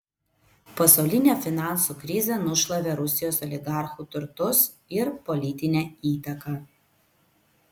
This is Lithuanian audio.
pasaulinė finansų krizė nušlavė rusijos oligarchų turtus ir politinę įtaką